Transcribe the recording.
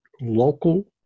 local